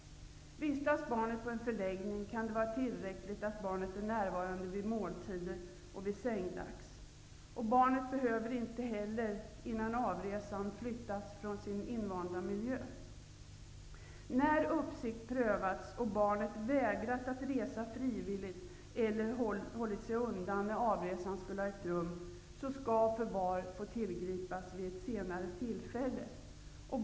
Vistas barnet på en förläggning kan det vara tillräckligt att barnet är närvarande vid måltider och vid sängdags. Barnet behöver inte heller före avresan flyttas från sin invanda miljö. När uppsikt prövats och barnet vägrat att resa frivilligt eller hållit sig undan när avresan skulle ha ägt rum, skall förvar få tillgripas vid ett senare tillfälle.